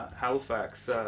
Halifax